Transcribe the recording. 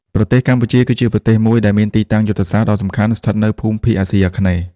ប្រទេសកម្ពុជា គឺជាប្រទេសមួយដែលមានទីតាំងយុទ្ធសាស្ត្រដ៏សំខាន់ស្ថិតនៅភូមិភាគអាស៊ីអាគ្នេយ៍។